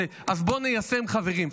אז בואו ניישם, חברים.